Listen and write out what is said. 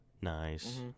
Nice